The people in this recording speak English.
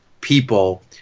people